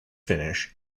finish